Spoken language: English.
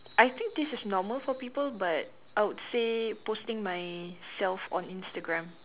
I think this is normal for people but I would say posting myself on Instagram